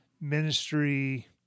ministry